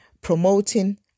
promoting